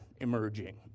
emerging